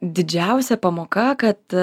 didžiausia pamoka kad